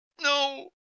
no